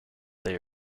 they